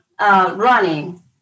running